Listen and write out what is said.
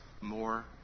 more